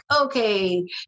okay